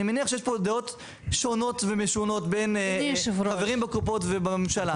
ואני מניח שיש פה דעות שונות ומשונות בין החברים בקופות ובממשלה.